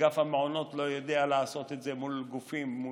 שאגף המעונות לא יודע לעשות את זה מול גופים בהתקשרות,